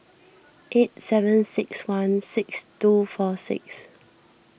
eight seven six one six two four six